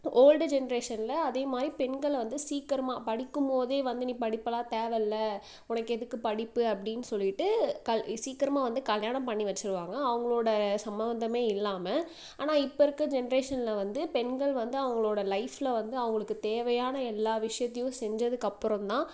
old ஜென்ரேஷனில் அதே மாதிரி பெண்களை வந்து சீக்கிரமா படிக்கும் போதே வந்து நீ படிப்பலாம் தேவைல்ல உனக்கு எதுக்கு படிப்பு அப்படின்னு சொல்லிட்டு கல் சீக்கரமா வந்து கல்யாணம் பண்ணி வச்சுருவாங்க அவங்களோட சம்மந்தமே இல்லாமல் ஆனால் இப்போ இருக்க ஜென்ரேஷனில் வந்து பெண்கள் வந்து அவங்களோட லைஃப்பில் வந்து அவங்களுக்கு தேவையான எல்லா விஷயத்தையும் செஞ்சதுக்கு அப்பறந்தான்